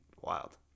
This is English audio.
Wild